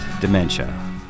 dementia